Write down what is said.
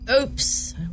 Oops